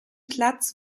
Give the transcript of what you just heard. platz